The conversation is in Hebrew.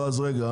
רגע.